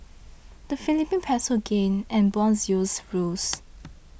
the Philippine Peso gained and bond yields rose